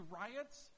riots